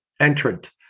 entrant